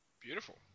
Beautiful